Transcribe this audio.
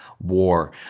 war